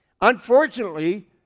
Unfortunately